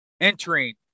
entering